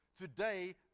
Today